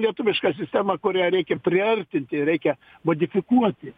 lietuvišką sistemą kurią reikia priartinti reikia modifikuoti